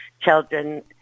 children